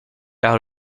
out